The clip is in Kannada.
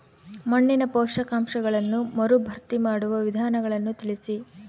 ಮಣ್ಣಿನ ಪೋಷಕಾಂಶಗಳನ್ನು ಮರುಭರ್ತಿ ಮಾಡುವ ವಿಧಾನಗಳನ್ನು ತಿಳಿಸಿ?